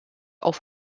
auf